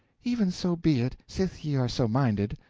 even so be it, sith ye are so minded.